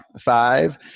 Five